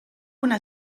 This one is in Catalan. una